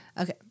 Okay